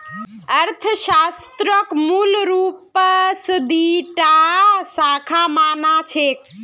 अर्थशास्त्रक मूल रूपस दी टा शाखा मा न छेक